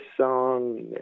song